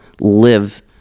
live